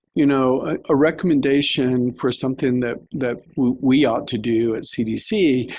you know, a recommendation for something that that we ought to do at cdc,